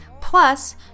Plus